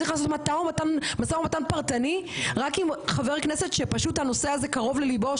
צריך לעשות משא ומתן פרטני רק עם חבר כנסת שהנושא פשוט קרוב לליבו,